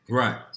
right